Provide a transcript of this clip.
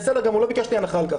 בסדר גמור, לא ביקשתי הנחה על כך.